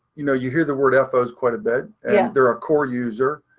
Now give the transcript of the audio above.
you know, you hear the word ah fos quite a bit and they're a core user.